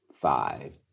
five